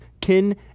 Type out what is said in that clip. Kin